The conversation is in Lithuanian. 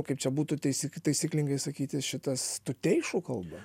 kaip čia būtų taisi taisyklingai sakyti šitas tuteišų kalba